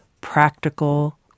practical